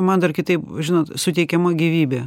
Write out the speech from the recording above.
man dar kitaip žinot suteikiama gyvybė